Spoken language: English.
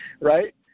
right